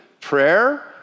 Prayer